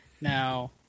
Now